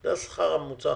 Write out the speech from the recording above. זה השכר הממוצע